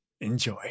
enjoy